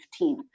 2015